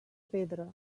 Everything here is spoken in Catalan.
pedra